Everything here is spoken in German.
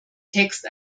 text